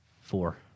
Four